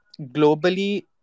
globally